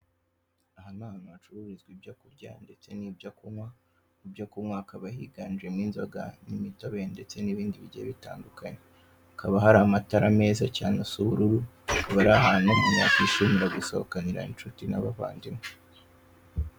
Aha ni ahantu hacururizwa ibyo kurya ndetse n'ibyo kunywa, mu byo kunywa hakaba higanjemo inzoga, imitobe ndetse n'ibindi bigiye bitandukanye. Hakaba hari amatara meza cyane asa ubururu, hakaba ari ahantu umuntu yakwishimira gusohokanira inshuti n'abavandimwe.